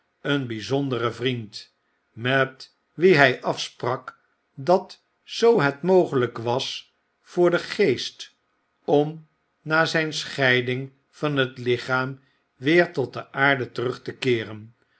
een bjjzonderen vriend met wien hij afsprak dat zoohetmogelyk was voor den geest om na zyn scheiding van het lichaara weer tot de aarde terug te keeren